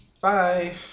Bye